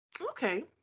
Okay